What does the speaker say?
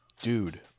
dude